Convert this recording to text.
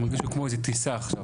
הם הרגישו כמו איזה טיסה עכשיו.